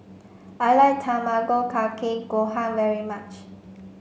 I like Tamago Kake Gohan very much